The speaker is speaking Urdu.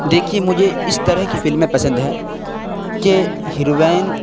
دیکھیے مجھے اس طرح کی فلمیں پسند ہیں کہ ہروین